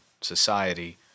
society